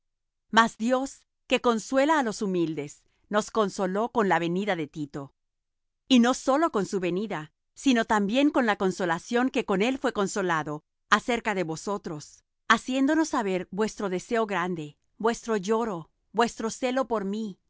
mas dios que consuela á los humildes nos consoló con la venida de tito y no sólo con su venida sino también con la consolación con que él fué consolado acerca de vosotros haciéndonos saber vuestro deseo grande vuestro lloro vuestro celo por mí